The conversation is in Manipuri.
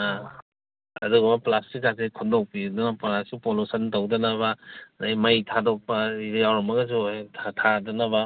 ꯑꯥ ꯑꯗꯨꯒꯨꯝꯕ ꯄ꯭ꯂꯥꯁꯇꯤꯛꯀꯁꯦ ꯈꯨꯟꯗꯣꯛꯄꯤꯗꯅ ꯄꯣꯂꯨꯁꯟ ꯇꯧꯗꯅꯕ ꯑꯗꯒꯤ ꯃꯩ ꯊꯥꯗꯣꯛꯄ ꯌꯥꯎꯔꯝꯃꯒꯁꯨ ꯍꯦꯛ ꯊꯥꯗꯅꯕ